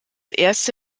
erste